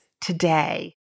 today